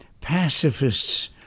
pacifists